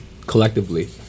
collectively